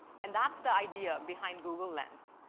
and that's the idea behind google lens.